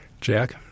Jack